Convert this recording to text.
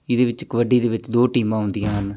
ਇਹਦੇ ਵਿੱਚ ਕਬੱਡੀ ਦੇ ਵਿੱਚ ਦੋ ਟੀਮਾਂ ਹੁੰਦੀਆਂ ਹਨ